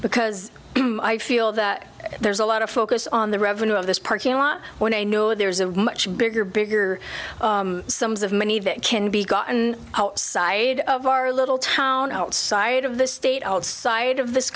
because i feel that there's a lot of focus on the revenue of this parking lot when i know there's a much bigger bigger sums of money that can be gotten outside of our little town outside of the state outside of this